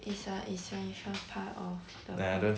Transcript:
is a essential part of the~